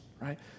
Right